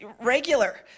regular